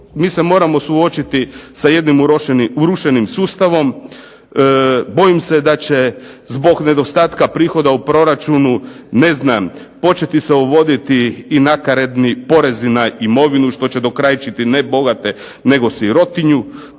mi se moramo suočiti sa jednim urušenim sustavom. Bojim se da će zbog nedostatka prihoda u proračunu ne znam početi se uvodi i nakaradni porezi na imovinu, što će dokrajčiti ne bogate, nego sirotinju.